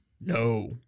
No